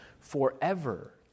forever